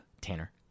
Tanner